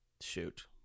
Shoot